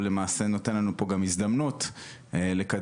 משבר האקלים נותן לנו פה הזדמנות לקדם